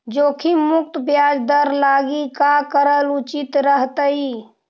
जोखिम मुक्त ब्याज दर लागी का करल उचित रहतई?